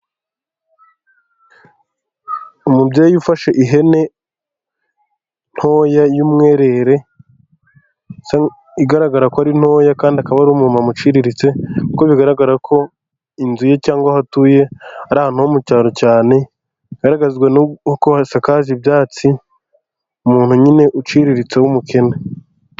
Umubyeyi ufashe ihene ntoya y'umwerere igaragara ko ari ntoya kandi akaba ari umuntuma uciriritse kuko bigaragara ko inzu ye cyangwa aho atuye ari ahantu ho mu icyaro cyane hagaragazwa n'uko hasakaje ibyatsi, umuntu nyine uciriritse w'umukene.